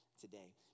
today